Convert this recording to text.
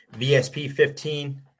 VSP15